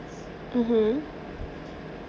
mmhmm